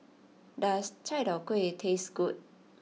does Chai Tow Kway taste good